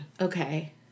Okay